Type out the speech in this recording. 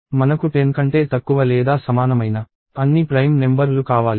మనకు 10 కంటే తక్కువ లేదా సమానమైన అన్ని ప్రైమ్ నెంబర్ లు కావాలి